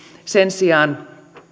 sen sijaan